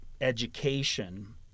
education